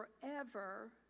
forever